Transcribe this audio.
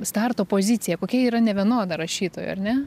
starto pozicija kokia yra nevienoda rašytoju ar ne